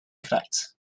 krijt